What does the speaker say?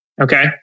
Okay